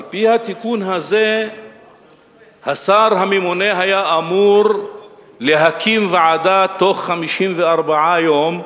על-פי התיקון הזה השר הממונה היה אמור להקים ועדה תוך 54 יום,